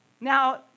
Now